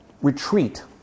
retreat